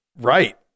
Right